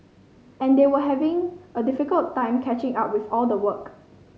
and they were having a difficult time catching up with all the work